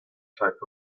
type